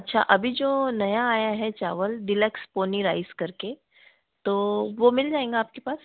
अच्छा अभी जो नया आया है चावल डीलक्स पोनी राइस कर के तो वह मिल जाएगा आपके पास